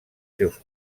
seus